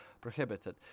prohibited